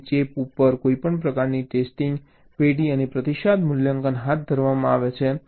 તેથી ચિપ ઉપર કોઈક પ્રકારની ટેસ્ટિંગ પેઢી અને પ્રતિસાદ મૂલ્યાંકન હાથ ધરવામાં આવે છે